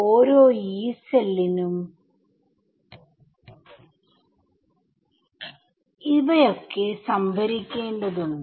ഓരോ Yee സെല്ലിനും സംഭരിക്കേണ്ടതുണ്ട്